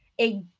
a-